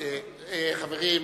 חברים,